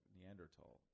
Neanderthal